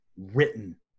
written